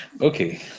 Okay